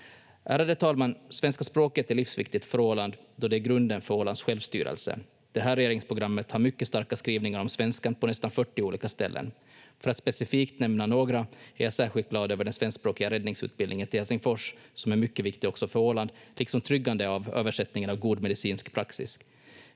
Ärade talman! Svenska språket är livsviktigt för Åland då det är grunden för Ålands självstyrelse. Det här regeringsprogrammet har mycket starka skrivningar om svenskan på nästan 40 olika ställen. För att specifikt nämna några är jag särskilt glad över den svenskspråkiga räddningsutbildningen i Helsingfors, som är mycket viktig också för Åland, liksom tryggandet av översättningen av God medicinsk praxis.